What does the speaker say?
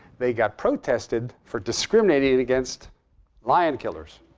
they got protested for discriminating and against lion killers,